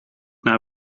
naar